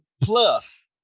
Plus